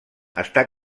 està